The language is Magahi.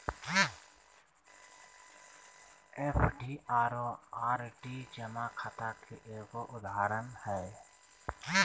एफ.डी आरो आर.डी जमा खाता के एगो उदाहरण हय